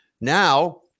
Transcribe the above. now